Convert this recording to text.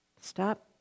Stop